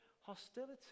hostility